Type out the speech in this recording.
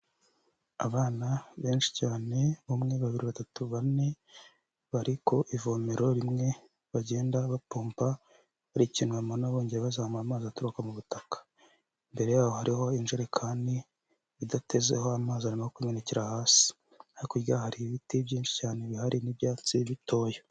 Abana benshi cyane umwe babiri, batatu bane, bari ku ivomero rimwe bagenda bapomba, hari ikintu banura bongera bazamura amazi aturuka mu butaka, imbere yaho hariho injerekani, idatezeho amazi, arimo kumenekera hasi, hakurya hari ibiti byinshi cyane bihari n'ibyatsi bitoya.